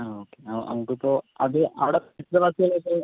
ആ ഓക്കെ ആ നമുക്ക് ഇപ്പോൾ അത് അവിടെ ചുറ്റും